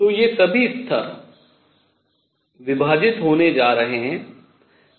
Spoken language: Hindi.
तो ये सभी स्तर विभाजित होने जा रहे हैं